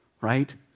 right